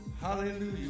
Hallelujah